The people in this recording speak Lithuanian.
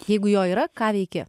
jeigu jo yra ką veiki